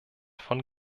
von